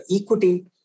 equity